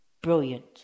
brilliant